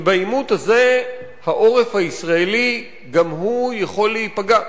בעימות הזה העורף הישראלי גם הוא יכול להיפגע,